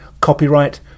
Copyright